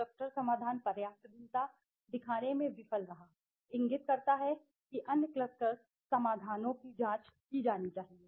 cluster समाधान पर्याप्त भिन्नता दिखाने में विफल रहा इंगित करता है कि अन्य क्लस्टर समाधानों की जांच की जानी चाहिए